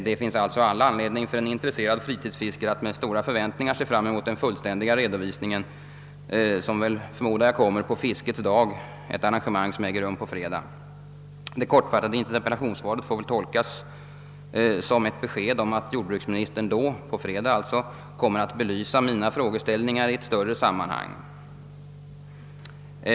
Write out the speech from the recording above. Det finns därför all anledning för en intresserad fritidsfiskare att med stora förväntningar se fram mot den fullständiga redovisning som förmodligen kommer på Fiskets dag, ett arrangemang som äger rum på fredag, Det kortfattade interpellationssvaret får väl tolkas som ett besked om att jordbruksministern då — på fredag alltså — kommer att belysa mina frågeställningar i ett större sammanhang.